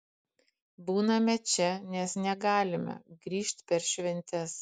būname čia nes negalime grįžt per šventes